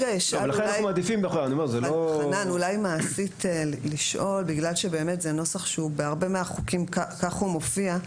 בגלל שבאמת זה נוסח שהוא בהרבה מהחוקים כך מופיע,